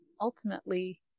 ultimately